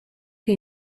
che